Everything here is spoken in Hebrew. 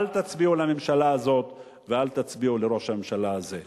אל תצביעו לממשלה הזאת ואל תצביעו לראש הממשלה הזה.